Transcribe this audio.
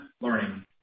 learning